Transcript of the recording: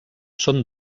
són